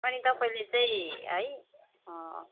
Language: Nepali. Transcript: अनि तपाईँले चाहिँ है